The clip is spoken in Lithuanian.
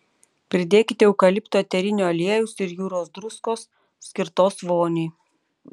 pridėkite eukalipto eterinio aliejaus ir jūros druskos skirtos voniai